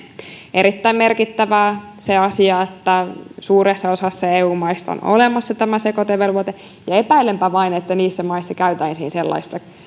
erittäin merkittävä on se asia että suuressa osassa eu maista on olemassa tämä sekoitevelvoite ja epäilenpä vain että niissä maissa käytäisiin sellaista